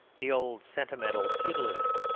the old sentimental feudalism,